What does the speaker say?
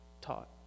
taught